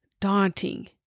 daunting